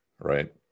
right